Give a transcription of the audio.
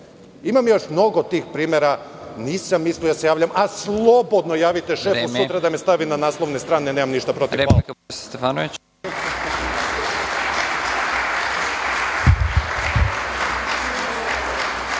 Imamo još mnogo tih primera. Nisam mislio da se javljam, a slobodno javite šefu da me stavi na naslovne strane, nemam ništa protiv.